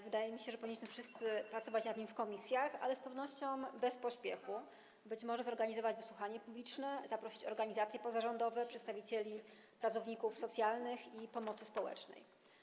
Wydaje mi się, że powinniśmy wszyscy pracować nad nim w komisjach, ale z pewnością bez pośpiechu, być może zorganizować wysłuchanie publiczne, zaprosić organizacje pozarządowe, przedstawicieli pracowników socjalnych i pomocy społecznej.